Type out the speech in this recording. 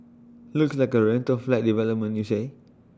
looks like A rental flat development you say